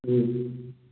जी जी जी